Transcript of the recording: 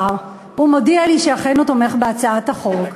הוא מודיע לי שאכן הוא תומך בהצעת החוק,